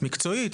מקצועית.